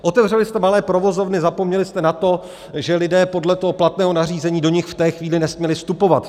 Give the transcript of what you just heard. Otevřeli jste malé provozovny, zapomněli jste na to, že lidé podle toho platného nařízení do nich v té chvíli nesměli vstupovat.